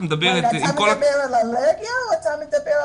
מדברת על --- אתה מדבר על אלרגיה או על קורונה?